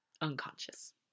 Unconscious